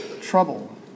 trouble